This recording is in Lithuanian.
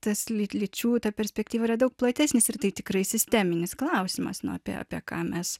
tas lyg lyčių ta perspektyva yra daug platesnis ir tai tikrai sisteminis klausimas nu apie ką mes